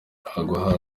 agwa